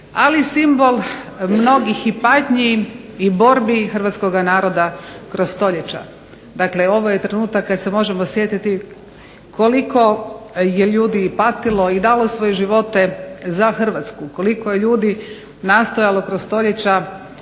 ali i simbol mnogih i patnji i borbi hrvatskoga naroda kroz stoljeća. Dakle, ovo je trenutak kad se možemo sjetiti koliko je ljudi patilo i dalo svoje živote za Hrvatsku. Koliko je ljudi nastojalo kroz stoljeća